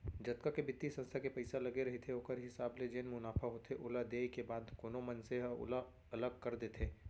जतका के बित्तीय संस्था के पइसा लगे रहिथे ओखर हिसाब ले जेन मुनाफा होथे ओला देय के बाद कोनो मनसे ह ओला अलग कर देथे